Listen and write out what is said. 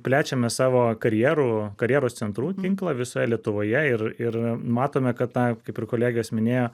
plečiame savo karjerų karjeros centrų tinklą visoje lietuvoje ir ir matome kad tą kaip ir kolegės minėjo